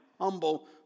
humble